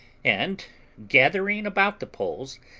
and gathering about the poles,